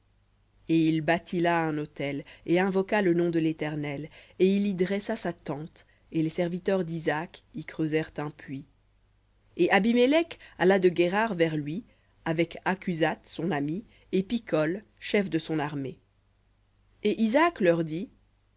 et il bâtit là un autel et invoqua le nom de l'éternel et il y dressa sa tente et les serviteurs d'isaac y creusèrent un puits et abimélec alla de guérar vers lui avec akhuzzath son ami et picol chef de son armée et isaac leur dit